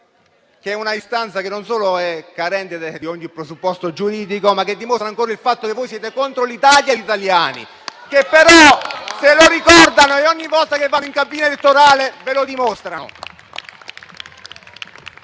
un'istanza non solo carente di ogni presupposto giuridico, ma che dimostra ancora una volta il fatto che voi siete contro l'Italia e gli italiani (i quali però se lo ricordano e ogni volta che vanno in cabina elettorale ve lo dimostrano)?